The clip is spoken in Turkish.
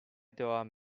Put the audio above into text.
devam